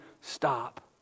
stop